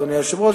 אדוני היושב-ראש,